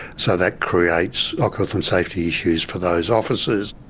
so that creates occ health and safety issues for those officers.